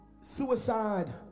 Suicide